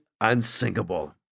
unsinkable